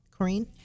Corrine